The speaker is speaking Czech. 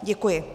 Děkuji.